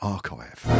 Archive